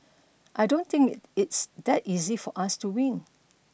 I don't think it's that easy for us to win